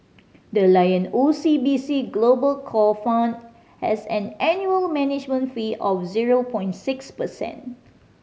the Lion O C B C Global Core Fund has an annual management fee of zero point six percent